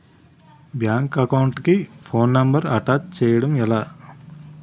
Bank account కి phone number attach చేయడం ఎలా?